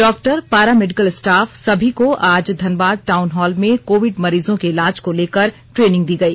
doctor paramedical staff सभी को आज धनबाद टाउन हॉल में कोविड मरीजों के इलाज को लेकर ट्रेनिंग दी गई